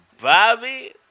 Bobby